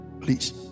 please